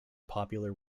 popular